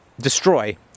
destroy